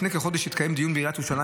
לפני כחודש התקיים דיון בעיריית ירושלים